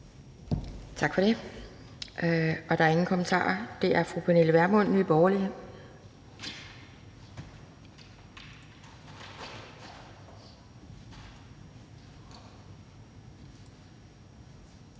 Tak for det. Der er ingen kommentarer. Så er det fru Pernille Vermund, Nye Borgerlige.